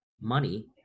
money